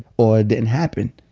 or didn't happen.